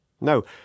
No